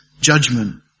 judgment